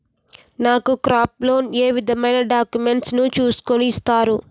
నాకు crop loan ఏ విధమైన డాక్యుమెంట్స్ ను చూస్కుని ఇస్తారు?